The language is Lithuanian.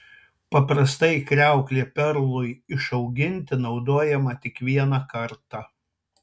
paprastai kriauklė perlui išauginti panaudojama tik vieną kartą